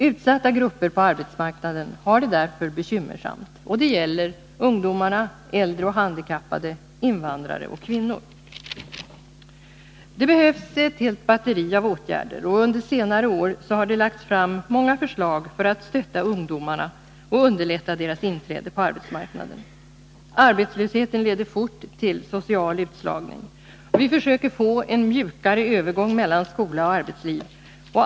Utsatta grupper på arbetsmarknaden har det därför bekymmersamt. Det gäller ungdomar, äldre och handikappade, invandrare och kvinnor. Det behövs ett helt batteri av åtgärder, och under senare år har det lagts fram många förslag för att stötta ungdomarna och underlätta deras inträde på arbetsmarknaden. Arbetslösheten leder fort till social utslagning. Vi försöker få en mjukare övergång mellan skola och arbetsliv.